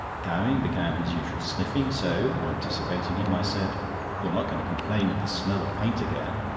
gowing began his usual sniffing, so, anticipating him, i said you're not going to complain of the smell of paint again?